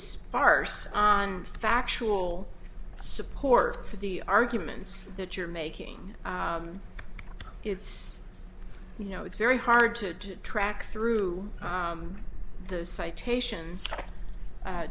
sparse on factual support for the arguments that you're making it's you know it's very hard to track through those citations